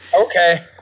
Okay